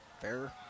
Fair